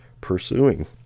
pursuing